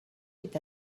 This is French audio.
est